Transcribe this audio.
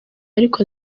ariko